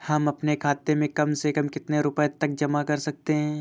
हम अपने खाते में कम से कम कितने रुपये तक जमा कर सकते हैं?